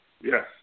Yes